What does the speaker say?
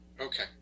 okay